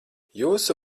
jūsu